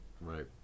Right